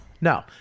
No